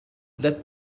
let